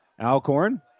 Alcorn